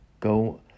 Go